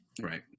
right